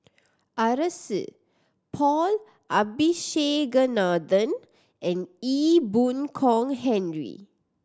Arasu Paul Abisheganaden and Ee Boon Kong Henry